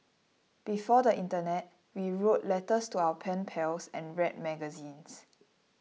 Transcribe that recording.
before the internet we wrote letters to our pen pals and read magazines